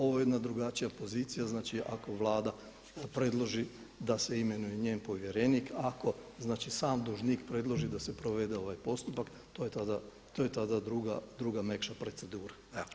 Ovo je jedna drugačija pozicija, znači ako Vlada predloži da se imenuje njen povjerenik, ako sam dužnik predloži da se provede ovaj postupak, to je tada druga mekša procedura.